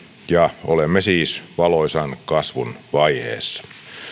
ja olemme siis valoisan kasvun vaiheessa